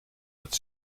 het